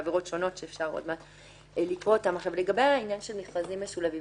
במכרזים משולבים